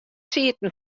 sieten